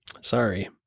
Sorry